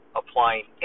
applying